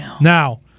Now